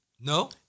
No